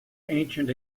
ancient